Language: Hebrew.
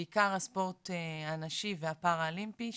בעיקר הספורט הנשי והפאראלימפי,